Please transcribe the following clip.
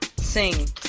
sing